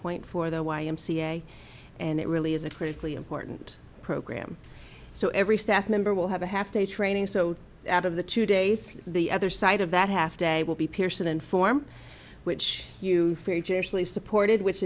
point for the y m c a and it really is a critically important program so every staff member will have a half day training so out of the two days the other side of that half day will be pearson and form which you actually supported which